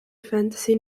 fantasy